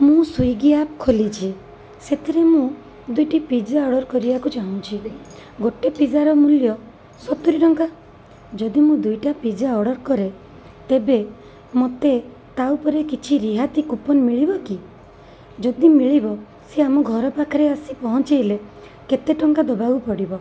ମୁଁ Swiggy app ଖୋଲିଛି ସେଥିରେ ମୁଁ ଦୁଇଟି ପିଜା ଅର୍ଡ଼ର କରିବାକୁ ଚାହୁଁଛି ଗୋଟେ ପିଜାର ମୂଲ୍ୟ ସତୁରି ଟଙ୍କା ଯଦି ମୁଁ ଦୁଇଟା ପିଜା ଅର୍ଡ଼ର କରେ ତେବେ ମତେ ତାଉପରେ କିଛି ରିହାତି କୁପନ ମିଳିବ କି ଯଦି ମିଳିବ ସେ ଆମ ଘର ପାଖରେ ଆସି ପହଞ୍ଚେଇଲେ କେତେ ଟଙ୍କା ଦବାକୁ ପଡ଼ିବ